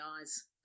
eyes